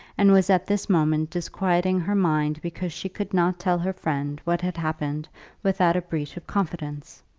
and was at this moment disquieting her mind because she could not tell her friend what had happened without a breach of confidence!